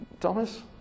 Thomas